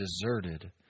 deserted